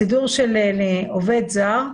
הסידור של עובד זר,